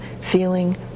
feeling